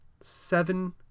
seven